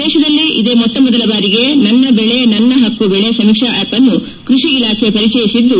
ದೇಶದಲ್ಲೇ ಇದೇ ಮೊಟ್ಟಮೊದಲ ಬಾರಿಗೆ ರಾಜ್ಯದಲ್ಲಿ ನನ್ನ ಬೆಳೆ ನನ್ನ ಹಕ್ಕು ಬೆಳೆ ಸಮೀಕ್ಷಾ ಆಷ್ನ್ನು ಕೈಷಿ ಇಲಾಖೆ ಪರಿಚಯಿಸಿದ್ದು